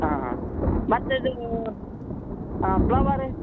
ಹಾಂ ಹಾ ಮತ್ತಿದು ಹಾಂ ಫ್ಲವರ